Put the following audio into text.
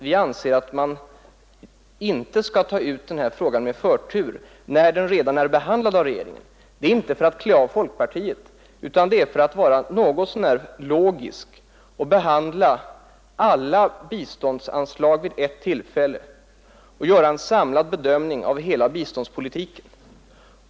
Vi anser att man inte skall ge den här frågan förtur när den redan är behandlad av regeringen, men det är inte för att klä av folkpartiet utan för att vara något så när logiska och behandla alla biståndsanslag vid ett tillfälle och göra en samlad bedömning av hela biståndspolitiken.